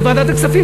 בוועדת הכספים,